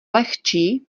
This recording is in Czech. lehčí